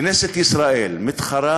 כנסת ישראל מתחרה,